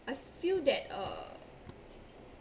I feel that uh